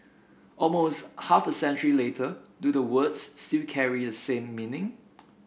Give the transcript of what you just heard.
almost half a century later do the words still carry the same meaning